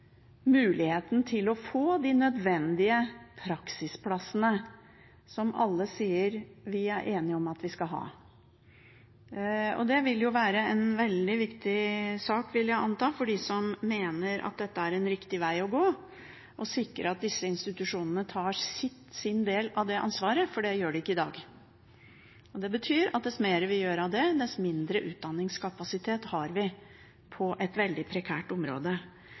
muligheten til å få de nødvendige praksisplassene, som alle sier vi er enige om at vi skal ha. Det vil være en veldig viktig sak, vil jeg anta, for dem som mener at dette er en riktig vei å gå, å sikre at disse institusjonene tar sin del av ansvaret. Det gjør de ikke i dag, og det betyr at dess mer vi gjør av det, dess mindre utdanningskapasitet har vi på et veldig prekært område.